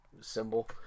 symbol